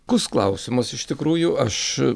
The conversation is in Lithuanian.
kus klausimas iš tikrųjų aš